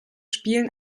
spielen